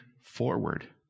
forward